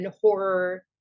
horror